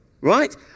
right